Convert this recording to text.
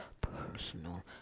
personal